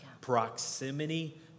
Proximity